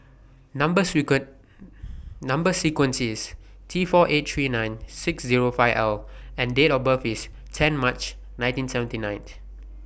Number sequence Number sequence IS Tforty eight lakh thirty nine thousand six hundred and five L and Date of birth IS ten March one thousand nine hundred and seventy nine